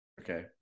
Okay